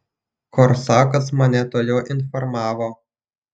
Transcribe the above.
korsakas mane tuojau informavo